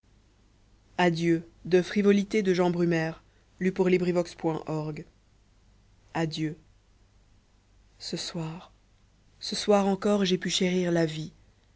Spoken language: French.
adieux ce soir ce soir encor j'ai pu chérir la vie